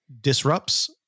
disrupts